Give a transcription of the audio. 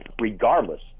regardless